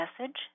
message